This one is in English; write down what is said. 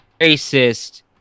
racist